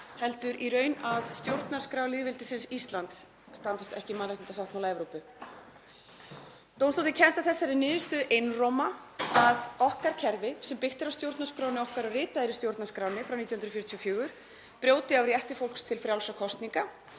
heldur í raun að stjórnarskrá lýðveldisins Íslands standist ekki mannréttindasáttmála Evrópu. Dómstóllinn kemst að þeirri niðurstöðu einróma að okkar kerfi, sem byggt er á stjórnarskránni okkar og ritað er í stjórnarskránni frá 1944, brjóti á rétti fólks til frjálsra kosninga